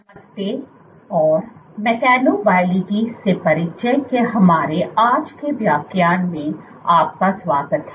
नमस्कार और मैकेनोबायलॉजी से परिचय के हमारे आज के व्याख्यान में आपका स्वागत है